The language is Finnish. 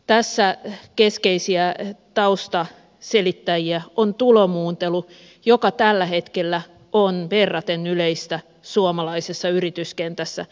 tässä keskeisiä taustaselittäjiä on tulomuuntelu joka tällä hetkellä on verraten yleistä suomalaisessa yrityskentässä